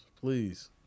please